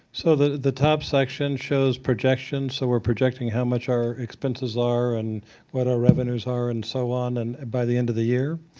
so the the top section shows projection. so we're projecting how much our expenses are and what our revenues are and so on and by the end of the year.